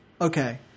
okay